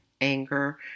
anger